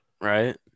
Right